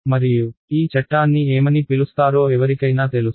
మరియు ఈ చట్టాన్ని ఏమని పిలుస్తారో ఎవరికైనా తెలుసా